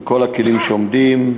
עם כל הכלים שעומדים.